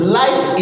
life